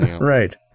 Right